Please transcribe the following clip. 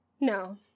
No